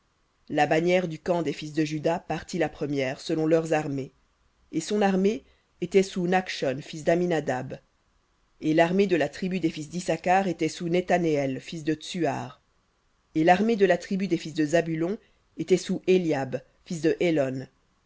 la bannière du camp des fils de juda partit la première selon leurs armées et son armée était sous nakhshon fils damminadab et l'armée de la tribu des fils d'issacar était sous nethaneël fils de tsuar et l'armée de la tribu des fils de zabulon était sous éliab fils de hélon